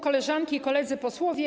Koleżanki i Koledzy Posłowie!